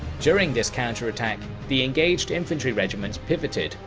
during this counterattack, the engaged infantry regiments pivoted,